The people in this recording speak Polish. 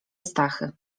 stachy